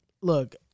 Look